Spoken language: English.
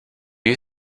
you